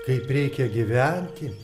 kaip reikia gyventi